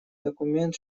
документ